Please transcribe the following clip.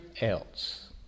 else